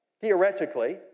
Theoretically